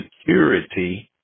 security